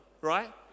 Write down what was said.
right